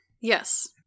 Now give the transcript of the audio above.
Yes